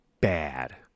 bad